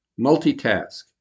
multitask